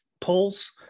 polls